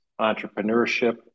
entrepreneurship